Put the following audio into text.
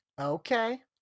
okay